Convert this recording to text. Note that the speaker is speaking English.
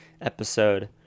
episode